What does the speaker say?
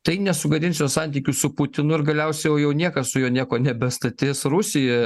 tai nesugadins jo santykių su putinu ir galiausiai jau jau niekas su juo nieko nebe statis rusijoje